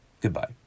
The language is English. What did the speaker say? Goodbye